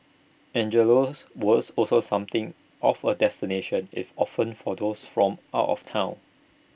Angelo's was also something of A destination if often for those from out of Town